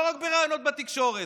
לא רק בראיונות בתקשורת,